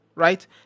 Right